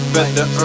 Better